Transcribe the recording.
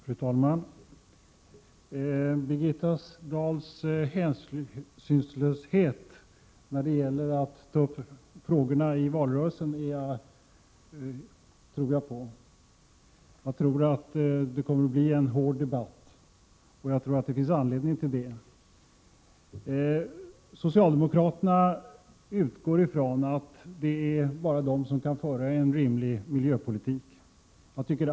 Fru talman! Birgitta Dahls hänsynslöshet när det gäller att ta upp frågorna i valrörelsen tror jag på. Jag utgår från att det kommer att bli en hård debatt, och att det finns anledning till det. Socialdemokraterna anser att det bara är de som kan föra en rimlig miljöpolitik.